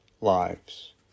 lives